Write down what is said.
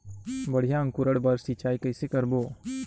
बढ़िया अंकुरण बर सिंचाई कइसे करबो?